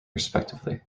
respectively